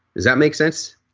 does that make sense?